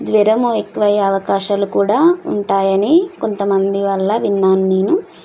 జ్వరం ఎక్కువ అయ్యే అవకాశాలు కూడా ఉంటాయని కొంతమంది వల్ల విన్నాను నేను